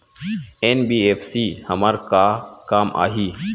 NBFC हमर का काम आही?